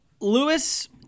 Lewis